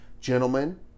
Gentlemen